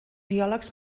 biòlegs